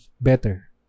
better